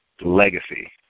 legacy